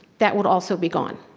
that would also be gone.